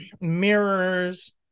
mirrors